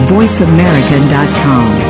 VoiceAmerica.com